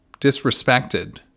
disrespected